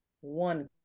one